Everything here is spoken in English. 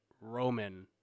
Roman